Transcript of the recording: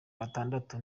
batandatu